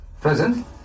Present